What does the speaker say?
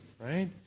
right